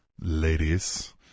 Ladies